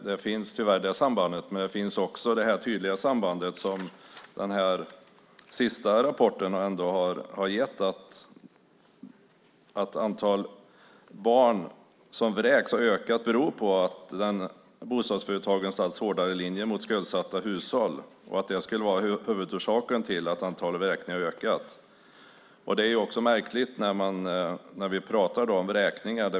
Det sambandet finns alltså, men det finns också ett tydligt samband, som den sista rapporten har visat, att det ökade antalet barn som vräks beror på bostadsföretagens allt hårdare linje mot skuldsatta hushåll. Det skulle alltså vara huvudorsaken till att antalet vräkningar har ökat. Det är också en sak som är märklig när vi pratar om vräkningar.